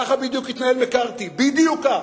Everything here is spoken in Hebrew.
ככה בדיוק התנהל מקארתי, בדיוק כך.